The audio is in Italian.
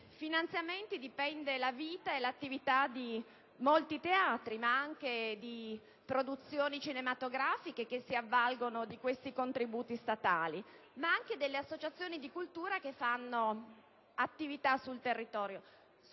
finanziamenti, dipende la vita e l'attività di molti teatri, ma anche di produzioni cinematografiche che si avvalgono di questi contributi statali e delle associazioni di cultura che fanno attività sul territorio.